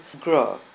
grow